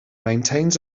maintains